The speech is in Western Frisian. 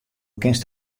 kinst